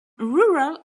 rural